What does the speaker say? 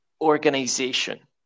organization